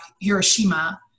Hiroshima